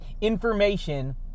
information